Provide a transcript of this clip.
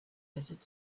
desert